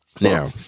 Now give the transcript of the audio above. Now